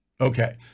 Okay